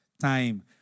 time